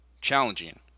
challenging